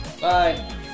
Bye